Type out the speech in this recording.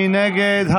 מי נגד?